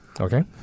Okay